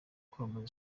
kwamamaza